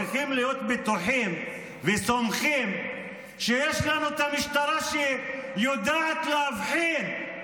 צריכים להיות בטוחים וסמוכים שיש לנו את המשטרה שיודעת להבחין,